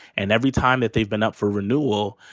and every time that they've been up for renewal,